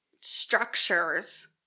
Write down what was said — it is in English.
structures